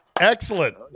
Excellent